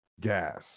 gas